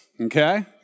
okay